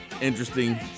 interesting